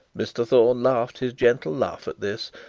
mr thorne laughed his gentle laugh at this,